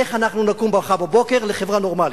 איך אנחנו נקום מחר בבוקר לחברה נורמלית.